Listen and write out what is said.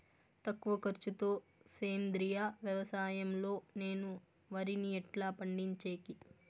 తక్కువ ఖర్చు తో సేంద్రియ వ్యవసాయం లో నేను వరిని ఎట్లా పండించేకి?